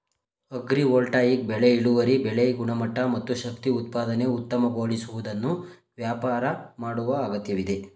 agrivoltaic ಬೆಳೆ ಇಳುವರಿ ಬೆಳೆ ಗುಣಮಟ್ಟ ಮತ್ತು ಶಕ್ತಿ ಉತ್ಪಾದನೆ ಉತ್ತಮಗೊಳಿಸುವುದನ್ನು ವ್ಯಾಪಾರ ಮಾಡುವ ಅಗತ್ಯವಿದೆ